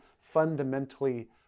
fundamentally